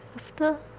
after